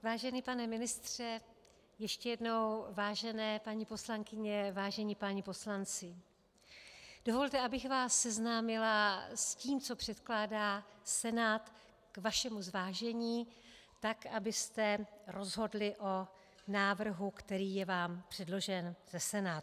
Vážený pane ministře, ještě jednou vážené paní poslankyně, vážení páni poslanci, dovolte, abych vás seznámila s tím, co předkládá Senát k vašemu zvážení tak, abyste rozhodli o návrhu, který je vám předložen ze Senátu.